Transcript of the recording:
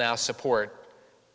now support